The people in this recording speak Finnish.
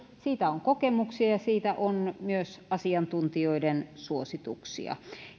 siitä on kokemuksia ja siitä on myös asiantuntijoiden suosituksia